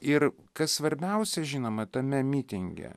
ir kas svarbiausia žinoma tame mitinge